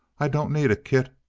i don't need a kit.